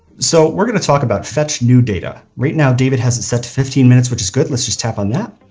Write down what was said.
so we're going to talk about fetch new data. right now, david has it set to fifteen minutes, which is good, let's just tap on that.